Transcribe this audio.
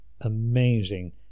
amazing